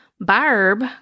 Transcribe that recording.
Barb